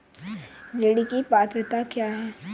ऋण की पात्रता क्या है?